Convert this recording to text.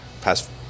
past